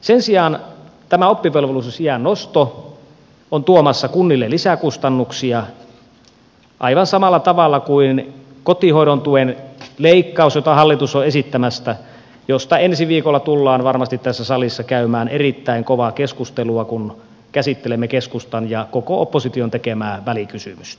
sen sijaan tämä oppivelvollisuusiän nosto on tuomassa kunnille lisäkustannuksia aivan samalla tavalla kuin kotihoidon tuen leikkaus jota hallitus on esittämässä ja josta ensi viikolla tullaan varmasti tässä salissa käymään erittäin kovaa keskustelua kun käsittelemme keskustan ja koko opposition tekemää välikysymystä